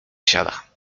siada